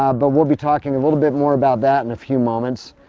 ah but we'll be talking a little bit more about that in a few moments.